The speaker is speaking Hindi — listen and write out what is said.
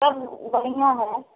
सब बढ़िया है